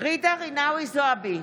ג'ידא רינאוי זועבי,